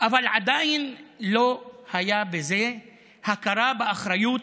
אבל עדיין לא הייתה בזה הכרה באחריות,